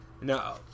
no